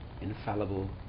infallible